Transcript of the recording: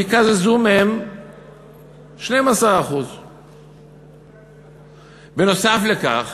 יקזזו מהם 12%. נוסף על כך,